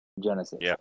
Genesis